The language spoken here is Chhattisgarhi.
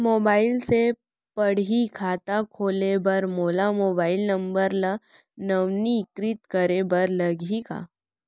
मोबाइल से पड़ही खाता खोले बर मोला मोबाइल नंबर ल नवीनीकृत करे बर लागही का?